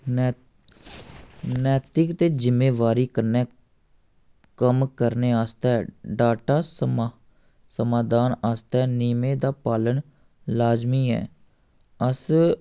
नै नैतिक ते जिम्मेबारी कन्नै कम्म करने आस्तै डाटा समा समाधान आस्तै नियमें दा पालन लाज़मी ऐ अस